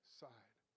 side